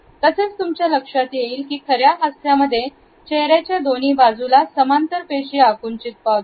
तसेच तुमच्या लक्षात येईल की खऱ्या हास्यमध्ये चेहऱ्याच्या दोन्ही बाजूला समांतर पेशी आकुंचित पावतात